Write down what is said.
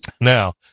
now